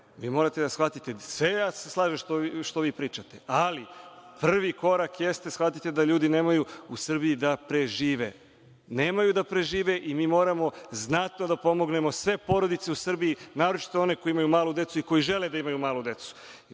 vas lepo, shvatite to. Sve se ja slažem što vi pričate, ali, prvi korak jeste da ljudi u Srbiji nemaju da prežive. Nemaju da prežive i mi moramo znatno da pomognemo sve porodice u Srbiji, naročito one koji imaju malu decu i koji žele da imaju malu decu.